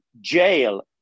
jail